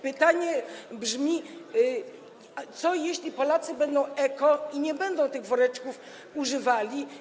Pytanie brzmi: Co będzie, jeśli Polacy będą eko i nie będą tych woreczków używali?